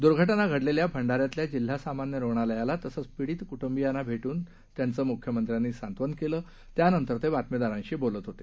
दुर्घ ना घडलेल्या भंडाऱ्यातल्या जिल्हा सामान्य रुग्णालयाला तसंच पिडित क्प्ंबियांना भेप्न त्यांचं म्ख्यमंत्र्यांनी सांत्वन केलं त्यानंतर ते बातमीदारांशी बोतल होते